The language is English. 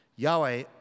Yahweh